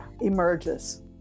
emerges